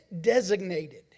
designated